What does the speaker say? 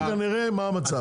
אחר כך נראה מה המצב,